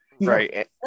Right